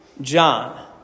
John